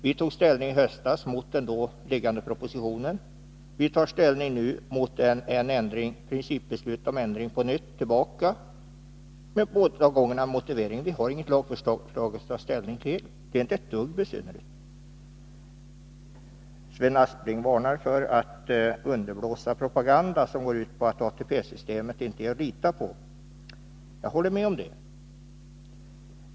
Vi tog ställning i höstas mot den då liggande propositionen, och vi tar ställning nu mot ett principbeslut om en ändring tillbaka — båda gångerna med motiveringen att vi inte har något lagförslag att ta ställning till. Detta är inte ett dugg besynnerligt. Sven Aspling varnar för att underblåsa propaganda som går ut på att ATP-systemet inte är att lita på. Jag håller med om det.